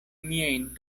miajn